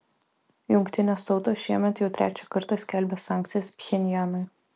jungtinės tautos šiemet jau trečią kartą skelbia sankcijas pchenjanui